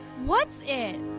what's it?